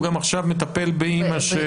הוא גם עכשיו מטפל באמא.